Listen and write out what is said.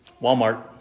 Walmart